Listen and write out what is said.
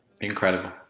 Incredible